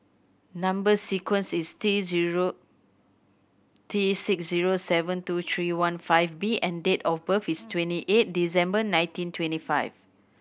number sequence is T zero T six zero seven two three one five B and date of birth is twenty eight December nineteen twenty five